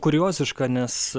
kurioziška nes